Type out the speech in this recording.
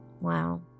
Wow